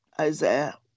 Isaiah